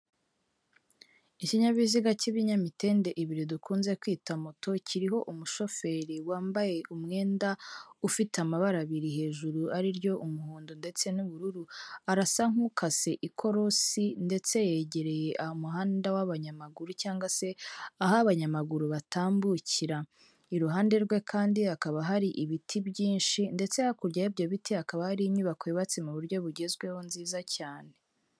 Ikinyabiziga cy'ibinyamitende ibiri dukunze kwita moto kiriho umushoferi wambaye umwenda ufite amabara abiri hejuru ariryo: umuhondo ndetse n'ubururu, arasa nk'ukase ikorosi ndetse yegereye umuhanda w'abanyamaguru cyangwag se aho abanyamaguru batambukira. Iruhande rwe kandi hakaba hari ibiti byinshi ndetse hakurya y'ibyo biti hakaba hari inyubako yubatse mu buryo bugezweho nziza cyane.